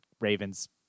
Ravens